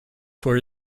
for